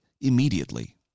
immediately